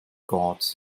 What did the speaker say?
god